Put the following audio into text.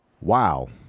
wow